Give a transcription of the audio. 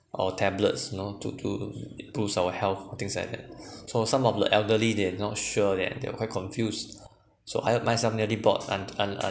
or tablets you know to to boost our health things like that so some of the elderly they not sure that they're quite confused so I myself nearly bought and and and